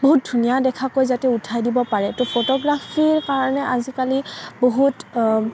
বহুত ধুনীয়া দেখাকৈ যাতে উঠাই দিব পাৰে তো ফটোগ্ৰাফীৰ কাৰণে আজিকালি বহুত